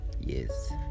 Yes